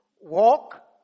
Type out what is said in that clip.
Walk